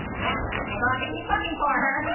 well, i guess i'll have to keep looking for her.